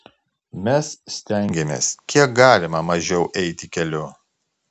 mes stengiamės kiek galima mažiau eiti keliu